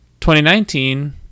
2019